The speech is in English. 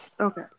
Okay